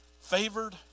favored